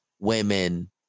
women